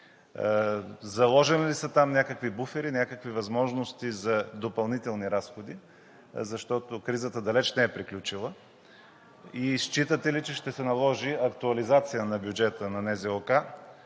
Заложени ли са там някакви буфери, някакви възможности за допълнителни разходи? Защото кризата далеч не е приключила. И считате ли, че ще се наложи актуализация на бюджета на